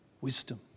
Wisdom